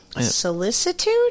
solicitude